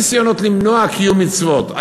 היו ניסיונות למנוע קיום מצוות,